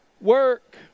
work